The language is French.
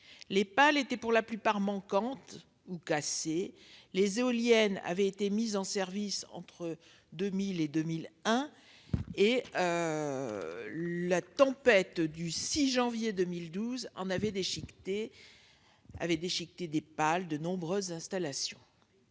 Les pales étaient, pour la plupart, manquantes ou cassées. Ces éoliennes avaient été mises en service en 2000 et 2001. Or la tempête du 6 janvier 2012 a déchiqueté les pales de nombreuses installations.